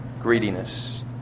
Greediness